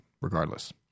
regardless